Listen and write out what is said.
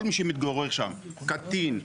כל מי שמתגורר שם: קטין,